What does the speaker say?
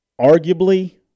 Arguably